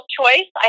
choice